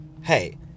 Hey